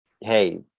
Hey